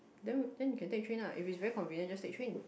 then then you can take train lah if it is very convenient just take train